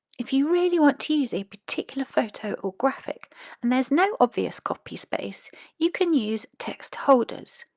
if you really want to use a particular photo or graphic and there's no obvious copy space you can use text holders.